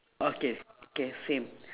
okay k same